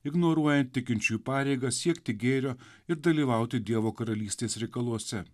ignoruojant tikinčiųjų pareigą siekti gėrio ir dalyvauti dievo karalystės reikaluose